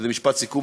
וזה משפט סיכום,